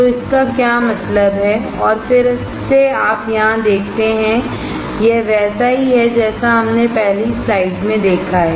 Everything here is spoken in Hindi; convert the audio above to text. तो इसका क्या मतलब है और फिर से आप यहां देखते हैं यह वैसा ही है जैसा हमने पहली स्लाइड में देखा है